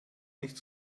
nicht